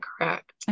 correct